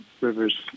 rivers